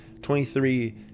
23